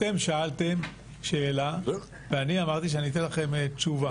אתם שאלתם שאלה ואני אמרתי שאני אתן לכם תשובה.